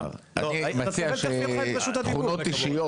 אני מציע שתכונות אישיות